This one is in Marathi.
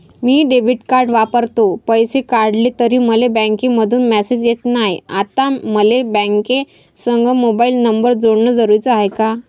मी डेबिट कार्ड वापरतो, पैसे काढले तरी मले बँकेमंधून मेसेज येत नाय, आता मले बँकेसंग मोबाईल नंबर जोडन जरुरीच हाय का?